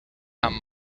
amb